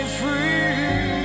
free